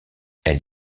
elle